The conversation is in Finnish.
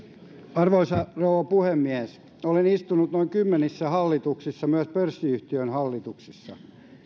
arvoisa rouva puhemies olen istunut noin kymmenessä hallituksessa myös pörssiyhtiöiden hallituksissa